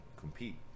compete